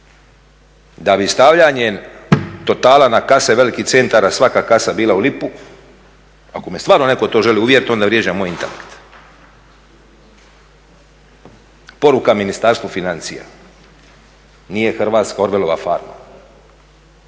da bi stavljanje totala na kase velikih centara svaka kasa bila u lipu ako mi stvarno neko to želi uvjeriti onda vjeđa moj intelekt. Poruka Ministarstvu financija nije Hrvatska Orvelova farma